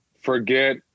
forget